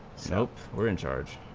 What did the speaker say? so we're in charge